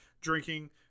drinking